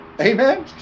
Amen